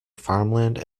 farmland